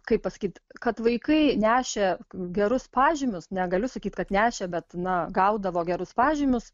kaip pasakyt kad vaikai nešė gerus pažymius negaliu sakyti kad nešė bet na gaudavo gerus pažymius